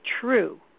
true